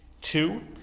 Two